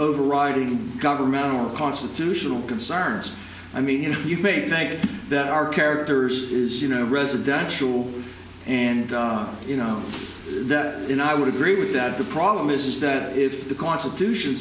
overriding governmentally constitutional concerns i mean you know you may think that our characters is you know residential and you know that you know i would agree with that the problem is is that if the constitution